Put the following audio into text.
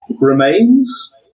remains